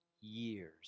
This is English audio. years